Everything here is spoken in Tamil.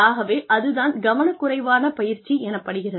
ஆகவே அது தான் கவனக்குறைவான பயிற்சி எனப்படுகிறது